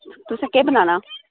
तुसें केह् बनाना